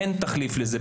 אין תחליף לזה.